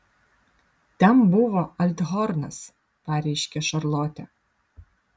ten buvo althornas pareiškė šarlotė